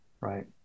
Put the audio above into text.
right